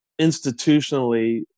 institutionally